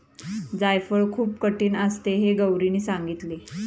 जायफळ खूप कठीण असते हे गौरीने सांगितले